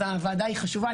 אז הוועדה היא חשובה,